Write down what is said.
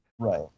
right